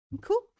Cool